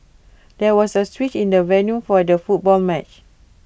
there was A switch in the venue for the football match